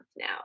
now